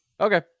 Okay